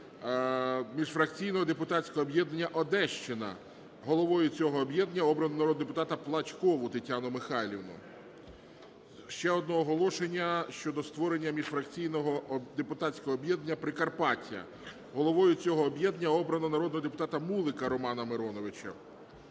міжфракційного депутатського об'єднання "Одещина". Головою цього об'єднання обрано народного депутата Плачкову Тетяну Михайлівну. Ще одне оголошення щодо створення міжфракційного депутатського об'єднання "Прикарпаття". Головою цього об'єднання обрано народного депутата Мулика Романа Мироновича.